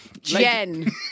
Jen